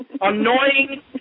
Annoying